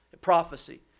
prophecy